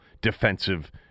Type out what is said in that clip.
defensive